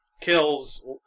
kills